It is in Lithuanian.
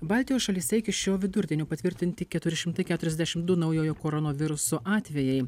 baltijos šalyse iki šio vidurdienio patvirtinti keturi šimtai keturiasdešimt du naujojo koronaviruso atvejai